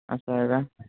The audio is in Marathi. असं आहे का